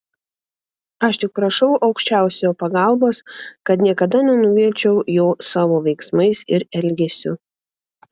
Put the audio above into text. aš tik prašau aukščiausiojo pagalbos kad niekada nenuvilčiau jo savo veiksmais ir elgesiu